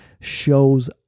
shows